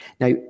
Now